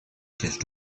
cache